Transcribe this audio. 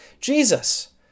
Jesus